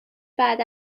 بعد